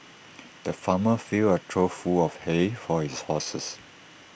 the farmer filled A trough full of hay for his horses